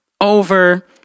over